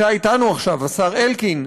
עכשיו, השר אלקין,